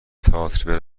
تاتر